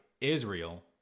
Israel